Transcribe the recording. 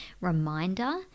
reminder